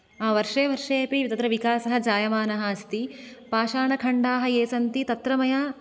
वर्षे वर्षे अपि तत्र विकासः जायमानः अस्ति पाषाणखण्डाः ये सन्ति तत्र मया